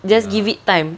just give it time